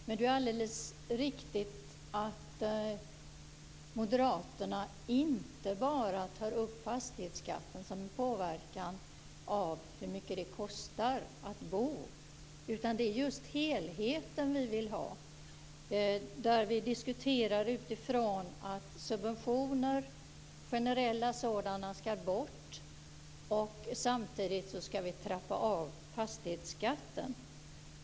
Det är alldeles riktigt att Moderaterna inte bara tar upp att fastighetsskatten påverkar hur mycket det kostar att bo, utan det är just helheten vi vill ha. Vi diskuterar utifrån att generella subventioner skall bort samtidigt som vi skall trappa ned fastighetsskatten.